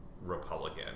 Republican